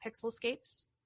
pixelscapes